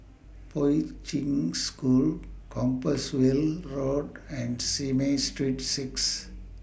Poi Ching School Compassvale Road and Simei Street six